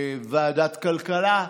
ועדת כלכלה,